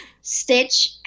Stitch